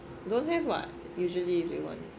don't have [what] usually if you want